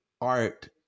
art